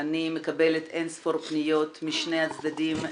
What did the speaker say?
אני מקבלת אינספור פניות משני הצדדים,